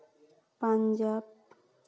Punjab